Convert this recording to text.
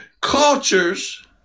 cultures